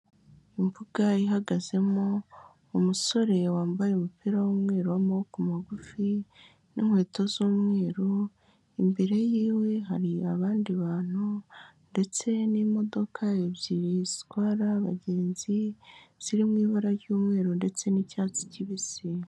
Imbuga ihagazemo umusore wambaye umupira w'umweru w'amaboko magufi n'inkweto z'umweru, imbere yiwe hari abandi bantu ndetse n'imodoka ebyiri zitwara abagenzi ziri mu ibara ry'umweru ndetse n'icyatsi kibisi.